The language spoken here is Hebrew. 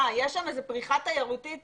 יש שם איזו פריחה תיירותית?